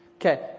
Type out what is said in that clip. Okay